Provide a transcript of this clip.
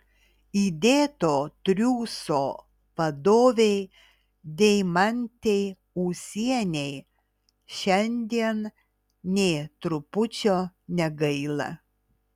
įdėto triūso vadovei deimantei ūsienei šiandien nė trupučio negaila